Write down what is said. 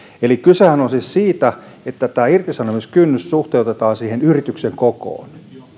eli kysehän on siis siitä että irtisanomiskynnys suhteutetaan yrityksen kokoon